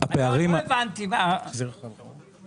לכל ההכנסה של מטה בנימין,